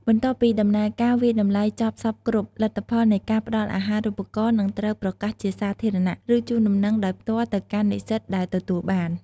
បន្ទាប់ពីដំណើរការវាយតម្លៃចប់សព្វគ្រប់ លទ្ធផលនៃការផ្ដល់អាហារូបករណ៍នឹងត្រូវប្រកាសជាសាធារណៈ ឬជូនដំណឹងដោយផ្ទាល់ទៅកាន់និស្សិតដែលទទួលបាន។